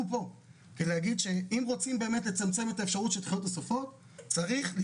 אני מציעה לא לטמון את הראש בחול ואני מציעה דבר מאוד פשוט,